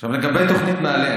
עכשיו לגבי תוכנית נעל"ה.